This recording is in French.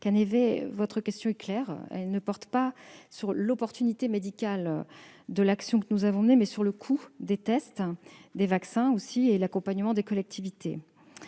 Canévet, votre question est claire, elle porte non pas sur l'opportunité médicale de l'action que nous avons menée, mais sur le coût des tests et des vaccins, ainsi que sur l'accompagnement des collectivités.